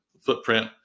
footprint